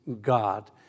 God